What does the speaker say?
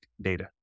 data